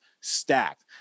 stacked